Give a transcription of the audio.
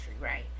right